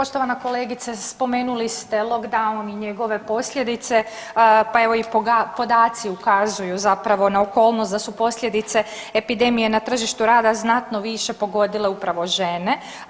Poštovana kolegice spomenuli ste lockdown i njegove posljedice, pa evo i podaci ukazuju zapravo na okolnost da su posljedice epidemije na tržištu rada znatno više pogodile upravo žene.